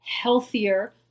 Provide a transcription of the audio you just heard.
healthier